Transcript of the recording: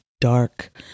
dark